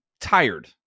tired